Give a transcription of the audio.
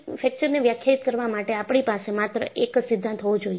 ફ્રેક્ચરને વ્યાખ્યાયિત કરવા માટે આપણી પાસે માત્ર એક જ સિદ્ધાંત હોવો જોઈએ